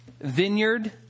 vineyard